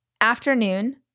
afternoon